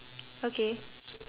okay